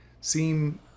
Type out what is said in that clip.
seem